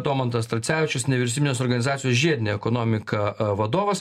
domantas tracevičius nevyriausybinės organizacijos žiedinė ekonomika a vadovas